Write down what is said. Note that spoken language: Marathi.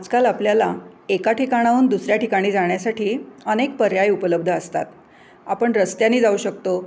आजकाल आपल्याला एका ठिकाणाहून दुसऱ्या ठिकाणी जाण्यासाठी अनेक पर्याय उपलब्ध असतात आपण रस्त्याने जाऊ शकतो